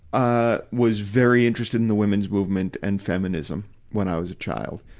ah, was very interested in the women's movement and feminism when i was a child.